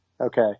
Okay